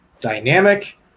dynamic